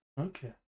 Okay